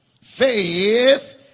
Faith